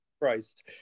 Christ